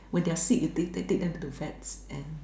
when they're sick you take take them to vets and